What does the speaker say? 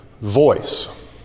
voice